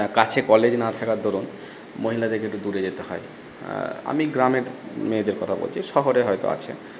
কাছে কলেজ না থাকার দরুণ মহিলাদেরকে একটু দূরে যেতে হয় আমি গ্রামের মেয়েদের কথা বলছি শহরে হয়তো আছে